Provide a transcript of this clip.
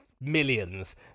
millions